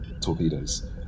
torpedoes